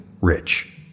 rich